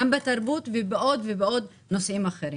גם בתרבות ובעוד ועוד נושאים אחרים.